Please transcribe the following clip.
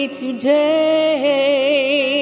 today